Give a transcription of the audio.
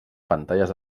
pantalles